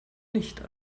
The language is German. nicht